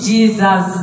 Jesus